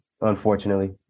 unfortunately